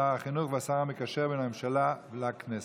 שר החינוך והשר המקשר בין הממשלה לכנסת.